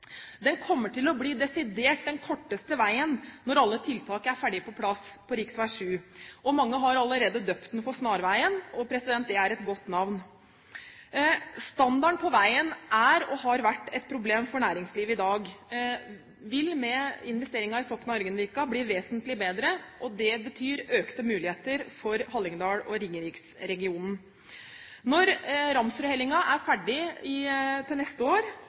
den kommer til å bli den desidert korteste veien når alle tiltak er ferdig på plass på rv. 7. Mange har allerede døpt den for snarveien, og det er et godt navn. Standarden på veien er og har vært et problem for næringslivet i dag, men vil med investeringen i Sokna–Ørgenvika bli vesentlig bedre. Det betyr økte muligheter for Hallingdal og Ringeriksregionen. Når Ramsrudhellinga er ferdig neste år,